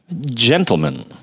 Gentlemen